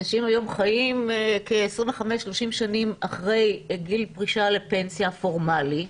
אנשים היום חיים 25,30 שנים אחרי גיל הפרישה לפנסיה הפורמאלי,